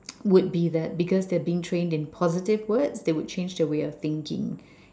would be that because they are being trained in positive words they would change their way of thinking